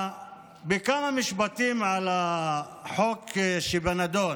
כמה משפטים על החוק שבנדון.